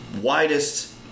widest